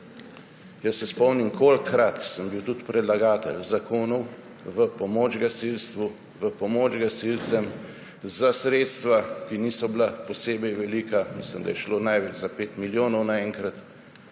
jaz se spomnim, kolikokrat sem bil tudi predlagatelj zakonov v pomoč gasilstvu, v pomoč gasilcem, za sredstva, ki niso bila posebej velika, mislim, da je šlo največ za 5 milijonov naenkrat,